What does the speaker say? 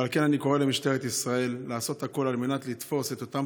ועל כן אני קורא למשטרת ישראל לעשות הכול על מנת לתפוס את אותם